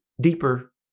deeper